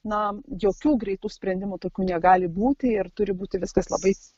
na jokių greitų sprendimų tokių negali būti ir turi būti viskas labai